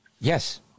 Yes